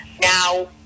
Now